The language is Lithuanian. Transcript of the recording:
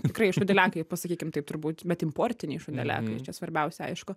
tikrai šūdeliakai pasakykim taip turbūt bet importiniai šūdeliakai čia svarbiausia aišku